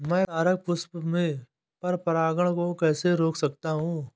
मैं तारक पुष्प में पर परागण को कैसे रोक सकता हूँ?